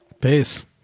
Peace